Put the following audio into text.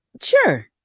Sure